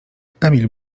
emil